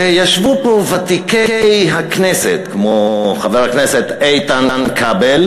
וישבו פה ותיקי הכנסת, כמו חבר הכנסת איתן כבל